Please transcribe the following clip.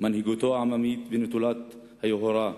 מנהיגותו העממית ונטולת היוהרה,